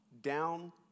down